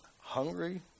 hungry